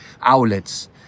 outlets